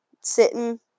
sitting